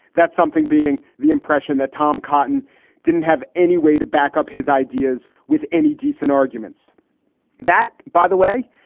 that's something being the impression that tom cotton didn't have any way to back up his ideas with any decent arguments that, by the way,